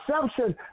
perception